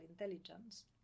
intelligence